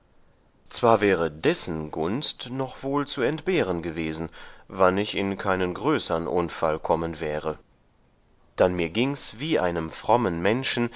zwar wäre dessen gunst noch wohl zu entbehren gewesen wann ich in keinen größern unfall kommen wäre dann mir giengs wie einem frommen menschen